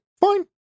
fine